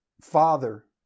Father